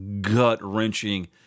gut-wrenching